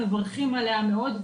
מברכים עליה מאוד.